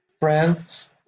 France